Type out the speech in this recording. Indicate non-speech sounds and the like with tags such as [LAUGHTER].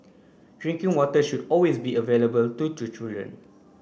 drinking water should always be available to [UNINTELLIGIBLE] children